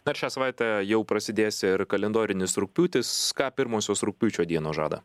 dar šią savaitę jau prasidės ir kalendorinis rugpjūtis ką pirmosios rugpjūčio dienos žada